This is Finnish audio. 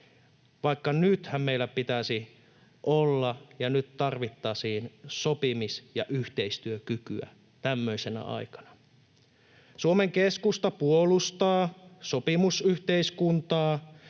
kysyn. Nythän meillä pitäisi olla ja nyt tarvittaisiin sopimis- ja yhteistyökykyä, tämmöisenä aikana. Suomen keskusta puolustaa sopimusyhteiskuntaa.